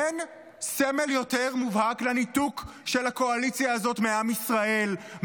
אין סמל יותר מובהק לניתוק של הקואליציה הזאת מעם ישראל,